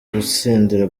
gutsindira